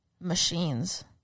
machines